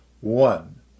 One